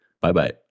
Bye-bye